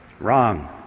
Wrong